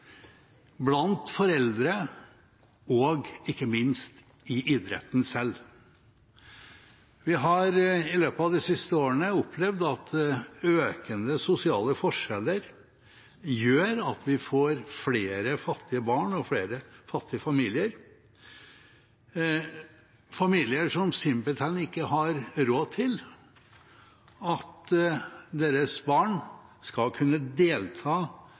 blant foreldre og ikke minst i idretten selv. Vi har i løpet av de siste årene opplevd at økende sosiale forskjeller gjør at vi får flere fattige barn og flere fattige familier, familier som simpelthen ikke har råd til at deres barn skal kunne delta